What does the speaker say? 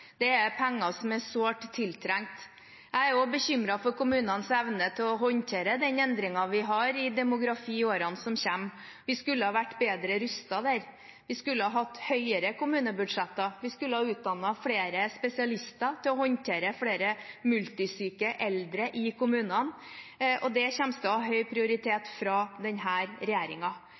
Det er penger som er sårt tiltrengt. Jeg er også bekymret for kommunenes evne til å håndtere den endringen i demografi vi får i årene som kommer. Vi skulle vært bedre rustet til det. Vi skulle hatt større kommunebudsjetter og utdannet flere spesialister til å håndtere flere multisyke eldre i kommunene. Det kommer til å ha høy prioritet